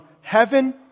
heaven